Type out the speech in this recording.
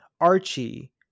archie